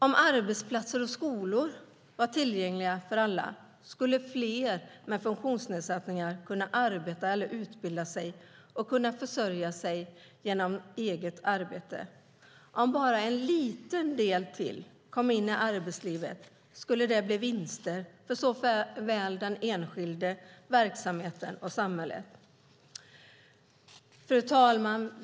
Om arbetsplatser och skolor var tillgängliga för alla skulle fler med funktionsnedsättningar kunna arbeta eller utbilda sig och försörja sig genom eget arbete. Om bara en liten del till kom in i arbetslivet skulle det bli vinster för såväl den enskilde som verksamheten och samhället. Fru talman!